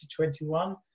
2021